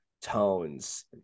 tones